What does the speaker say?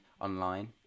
online